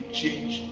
change